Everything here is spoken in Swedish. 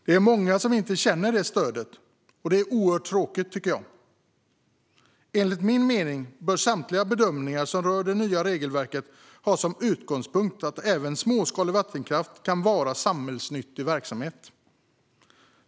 Det är många som inte känner detta stöd, och det tycker jag är oerhört tråkigt. Enligt min mening bör samtliga bedömningar som rör det nya regelverket ha som utgångspunkt att även småskalig vattenkraft kan vara samhällsnyttig verksamhet.